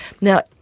Now